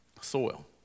soil